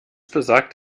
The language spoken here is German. besagt